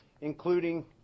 including